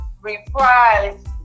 reprise